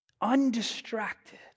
Undistracted